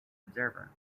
observer